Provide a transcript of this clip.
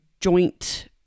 joint